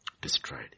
Destroyed